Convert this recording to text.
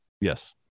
Yes